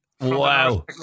Wow